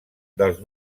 dels